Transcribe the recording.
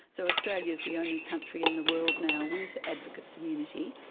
so australia's the only country in the world now with advocates' immunity.